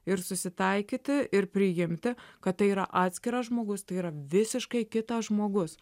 ir susitaikyti ir priimti kad tai yra atskiras žmogus tai yra visiškai kitas žmogus